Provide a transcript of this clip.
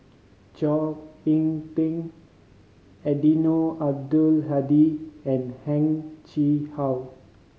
Chao Hick Tin Eddino Abdul Hadi and Heng Chee How